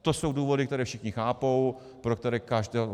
To jsou důvody, které všichni chápou, pro které každého omluví.